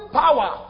power